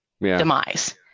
demise